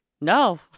No